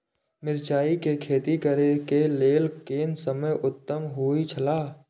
मिरचाई के खेती करे के लेल कोन समय उत्तम हुए छला?